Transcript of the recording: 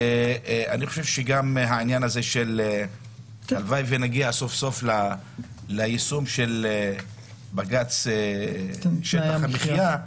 אני חושב שהלוואי ונגיע סוף סוף ליישום של בג"ץ שטח המחייה,